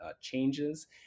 changes